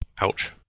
ouch